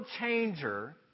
changer